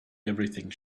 everything